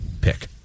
pick